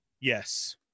Yes